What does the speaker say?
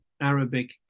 Arabic